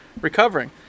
recovering